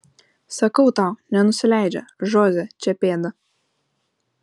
sakau tau nenusileidžia žoze čia pėda